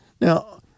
Now